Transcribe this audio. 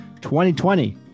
2020